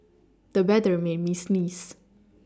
the weather made me sneeze